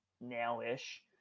now-ish